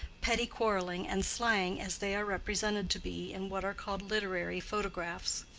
petty quarreling, and slang as they are represented to be in what are called literary photographs.